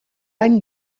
any